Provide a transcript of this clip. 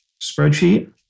spreadsheet